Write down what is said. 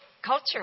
culture